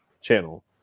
channel